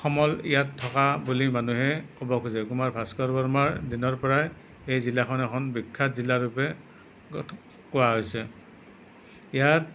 সমল ইয়াত থকা বুলি মানুহে ক'ব খোজে কুমাৰ ভাস্কৰ বৰ্মাৰ দিনৰ পৰাই এই জিলাখন এখন বিখ্যাত জিলা ৰূপে কোৱা হৈছে ইয়াত